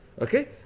Okay